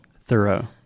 Thorough